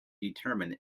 determine